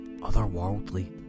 otherworldly